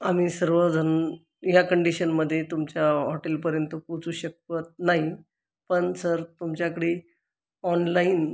आम्ही सर्वजण ह्या कंडीशनमध्ये तुमच्या हॉटेलपर्यंत पोचू शकत नाही पण सर तुमच्याकडे ऑनलाईन